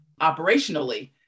operationally